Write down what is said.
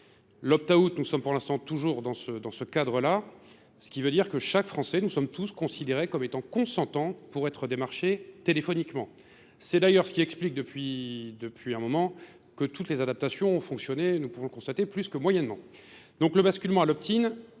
L'optaout, nous sommes pour l'instant toujours dans ce cadre-là, ce qui veut dire que chaque Français, nous sommes tous considérés comme étant consentants pour être démarché téléphoniquement. C'est d'ailleurs ce qui explique depuis un moment que toutes les adaptations ont fonctionné, nous pourrons constater, plus que moyennement. Donc le basculement à l'optin,